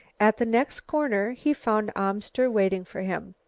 at the next corner he found amster waiting for him.